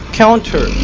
counter